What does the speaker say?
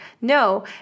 no